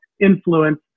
Influence